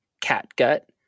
Catgut